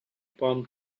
palm